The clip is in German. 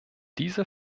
diese